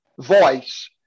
voice